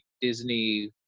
Disney